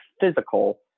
physical